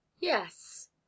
Yes